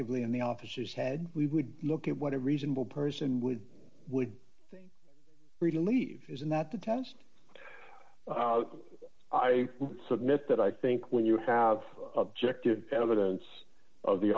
in the offices had we would look at what a reasonable person would would relieve isn't that the test i submit that i think when you have objective evidence of the